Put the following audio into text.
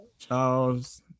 Charles